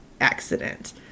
accident